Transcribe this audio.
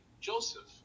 Joseph